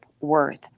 worth